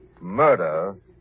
Murder